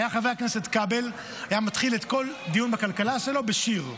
חבר הכנסת כבל היה מתחיל כל דיון בכלכלה אצלו בשיר,